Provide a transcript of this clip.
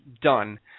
done